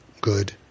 good